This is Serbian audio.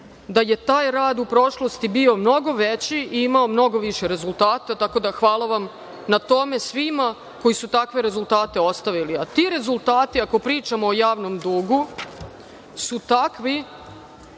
da je taj rad u prošlosti bio mnogo veći i imao mnogo više rezultata, tako da hvala vam na tome svima koji su takve rezultate ostavili. Ti rezultati, ako pričamo javnom dugu, takvi